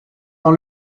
dans